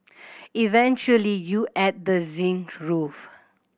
eventually you add the zinc roof